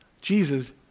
Jesus